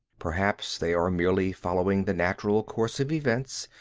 perhaps they are merely following the natural course of events,